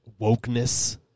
wokeness